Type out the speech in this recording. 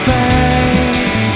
bank